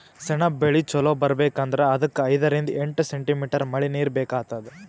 ಸೆಣಬ್ ಬೆಳಿ ಚಲೋ ಬರ್ಬೆಕ್ ಅಂದ್ರ ಅದಕ್ಕ್ ಐದರಿಂದ್ ಎಂಟ್ ಸೆಂಟಿಮೀಟರ್ ಮಳಿನೀರ್ ಬೇಕಾತದ್